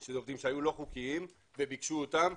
של עובדים לא חוקיים וביקשו אותם,